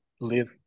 live